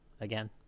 Again